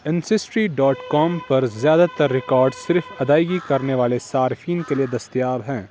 Ancestry dot com پر زیادہ تر ریکارڈ صرف ادائیگی کرنے والے صارفین کے لیے دستیاب ہیں